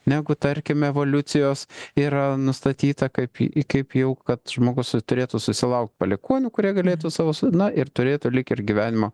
negu tarkim evoliucijos yra nustatyta kaip kaip jau kad žmogus turėtų susilaukt palikuonių kurie galėtų savo su na ir turėtų lyg ir gyvenimo